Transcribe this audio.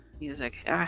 music